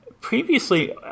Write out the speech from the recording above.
previously